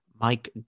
Mike